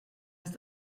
ist